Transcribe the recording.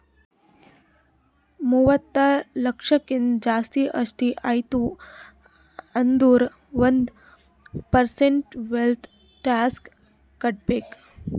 ಮೂವತ್ತ ಲಕ್ಷಕ್ಕಿಂತ್ ಜಾಸ್ತಿ ಆಸ್ತಿ ಆಯ್ತು ಅಂದುರ್ ಒಂದ್ ಪರ್ಸೆಂಟ್ ವೆಲ್ತ್ ಟ್ಯಾಕ್ಸ್ ಕಟ್ಬೇಕ್